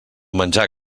menjar